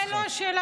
זאת לא השאלה,